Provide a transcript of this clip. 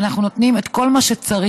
ואנחנו נותנים את כל מה שצריך.